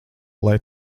lai